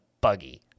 buggy